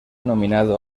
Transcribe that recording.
nominado